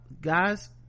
guys